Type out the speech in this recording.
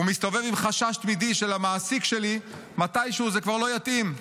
ומסתובב עם חשש תמידי שלמעסיק שלי מתישהו זה כבר לא יתאים.